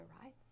rights